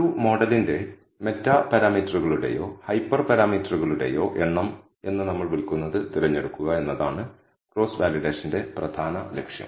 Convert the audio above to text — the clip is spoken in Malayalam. ഒരു മോഡലിന്റെ മെറ്റാ പാരാമീറ്ററുകളുടെയോ ഹൈപ്പർ പാരാമീറ്ററുകളുടെയോ എണ്ണം എന്ന് നമ്മൾ വിളിക്കുന്നത് തിരഞ്ഞെടുക്കുക എന്നതാണ് ക്രോസ് വാലിഡേഷന്റെ പ്രധാന ലക്ഷ്യം